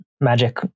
Magic